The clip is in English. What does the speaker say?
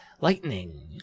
lightning